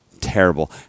terrible